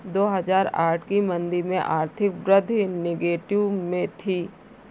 दो हजार आठ की मंदी में आर्थिक वृद्धि नेगेटिव में थी